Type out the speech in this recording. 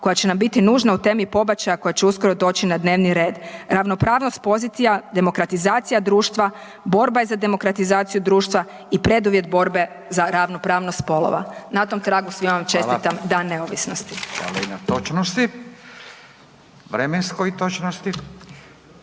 koja će nam biti nužna u temi pobačaja koja će uskoro doći na dnevni red. Ravnopravnost pozicija demokratizacija društva borba je za demokraciju društva i preduvjet za ravnopravnost spolova. Na tom tragu svima vam čestitam Dan neovisnosti.